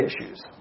issues